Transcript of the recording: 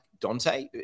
Dante